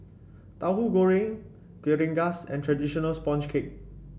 Tauhu Goreng Kuih Rengas and traditional sponge cake